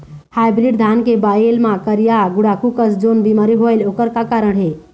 Hybrid धान के बायेल मां करिया गुड़ाखू कस जोन बीमारी होएल ओकर का कारण हे?